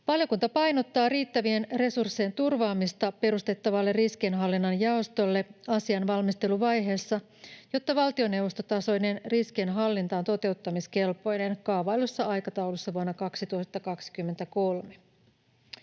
Valiokunta painottaa riittävien resurssien turvaamista perustettavalle riskienhallinnan jaostolle asian valmisteluvaiheessa, jotta valtioneuvostotasoinen riskienhallinta on toteuttamiskelpoinen kaavaillussa aikataulussa vuonna 2023.